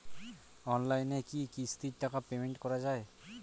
অনলাইনে কি কিস্তির টাকা পেমেন্ট করা যায়?